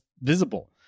visible